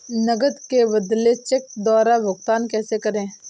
नकद के बदले चेक द्वारा भुगतान कैसे करें?